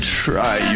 try